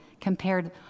compared